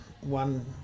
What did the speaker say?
one